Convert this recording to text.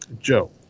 joe